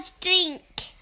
drink